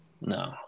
No